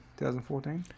2014